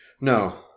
No